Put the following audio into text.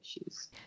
issues